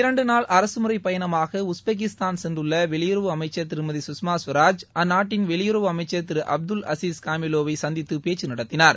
இரண்டு நாள் அரசுமுறை பயணமாக உஸ்பெகிஸ்தான் சென்றுள்ள வெளியுறவு அமைச்சர் திருமதி குஷ்மா ஸ்வராஜை அந்நாட்டின் வெளியுறவு அமைச்சர் திரு அப்துல் அஸிஸ் காமிலோ வை சந்தித்து பேச்சு நடத்தினார்